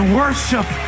worship